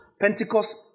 pentecost